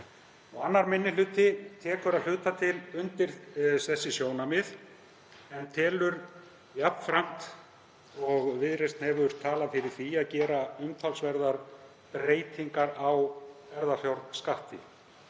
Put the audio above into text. Annar minni hluti tekur að hluta til undir þessi sjónarmið en telur jafnframt, og Viðreisn hefur talað fyrir því, rétt að gera umtalsverðar breytingar á erfðafjárskatti.